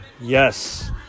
Yes